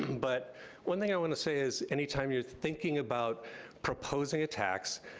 but one thing i wanna say is any time you're thinking about proposing a tax,